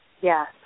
Yes